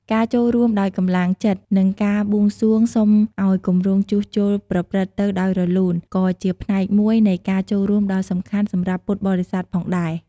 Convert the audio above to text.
ការចូលរួមដោយកម្លាំងចិត្ត និងការបួងសួងសុំឱ្យគម្រោងជួសជុលប្រព្រឹត្តទៅដោយរលូន ក៏ជាផ្នែកមួយនៃការចូលរួមដ៏សំខាន់សម្រាប់ពុទ្ធបរិស័ទផងដែរ។